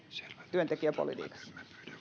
työntekijäpolitiikassa